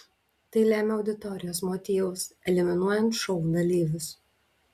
tai lemia auditorijos motyvus eliminuojant šou dalyvius